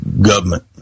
Government